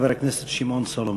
חבר הכנסת שמעון סולומון.